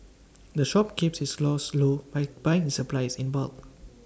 the shop keeps its costs low by buying its supplies in bulk